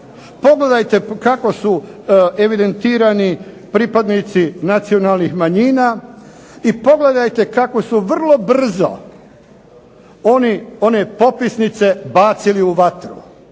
Pogledajte kako su evidentirani pripadnici nacionalnih manjina i pogledajte kako su vrlo brzo oni one popisnice bacili u vatru.